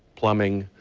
plumbing,